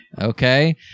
Okay